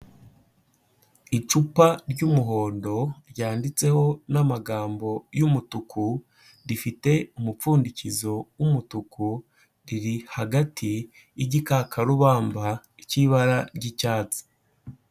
Icupa ry'umuhondo ryanditseho n'amagambo y'umutuku, rifite umupfundikizo w'umutuku riri hagati y'igikakarubamba k'ibara ry'icyatsi.